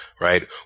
right